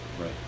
Right